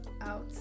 out